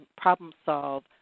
problem-solve